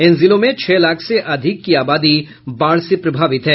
इन जिलों में छह लाख से अधिक की आबादी बाढ़ से प्रभावित हैं